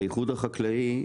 האיחוד החקלאי,